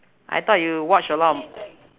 I thought you watch a lot